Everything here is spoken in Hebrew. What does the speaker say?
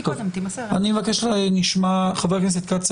הדיון מתקיים לבקשתם של חבר הכנסת אופיר כץ,